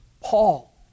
Paul